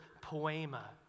poema